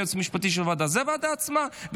הייעוץ המשפטי של הוועדה זה הוועדה עצמה,